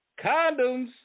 Condoms